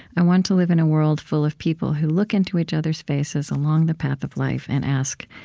i want to live in a world full of people who look into each other's faces along the path of life and ask,